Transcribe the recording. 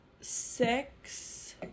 six